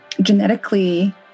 genetically